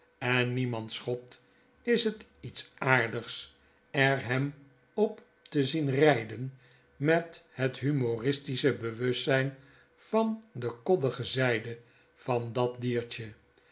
en niemand schopt is het iets aardigs er hem op te zien rijden met het humoristische bewustzijn van de koddige zjjde van dat diertje